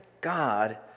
God